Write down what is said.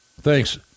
Thanks